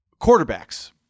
Quarterbacks